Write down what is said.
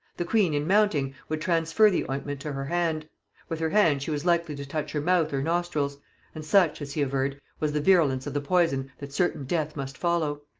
the queen in mounting would transfer the ointment to her hand with her hand she was likely to touch her mouth or nostrils and such, as he averred, was the virulence of the poison that certain death must follow.